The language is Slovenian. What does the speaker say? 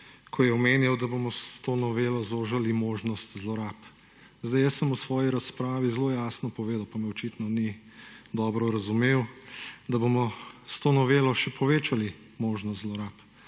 Ko je omenjal, da bomo s to novelo zožali možnost zlorab… Zdaj jaz sem v svoji razpravi zelo jasno povedal, pa me očitno ni dobro razumel, da bomo s to novelo še povečali možnost zlorab,